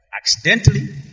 accidentally